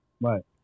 Right